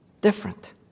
Different